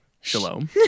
shalom